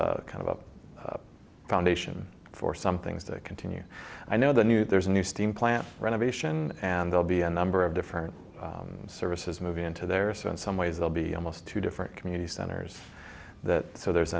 provides kind of a foundation for some things to continue i know the new there's a new steam plant renovation and they'll be a number of different services moving into there so in some ways they'll be almost two different community centers that so there's